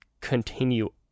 continue